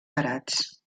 barats